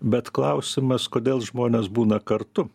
bet klausimas kodėl žmonės būna kartu